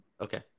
Okay